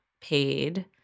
paid